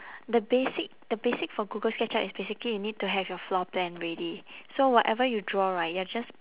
the basic the basic for google sketchup is basically you need to have your floor plan ready so whatever you draw right you are just